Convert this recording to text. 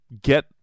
get